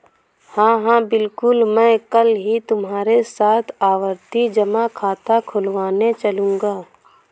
हां हां बिल्कुल मैं कल ही तुम्हारे साथ आवर्ती जमा खाता खुलवाने चलूंगा